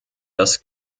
das